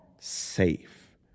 safe